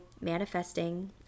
manifesting